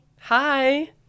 Hi